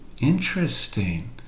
Interesting